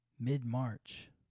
mid-March